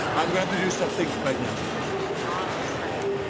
i'd rather do something right now i understand.